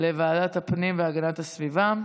לוועדת הפנים והגנת הסביבה.